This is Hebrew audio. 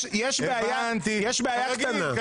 יש בעיה קטנה --- הבנתי.